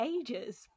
ages